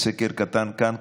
בסקר קטן כאן,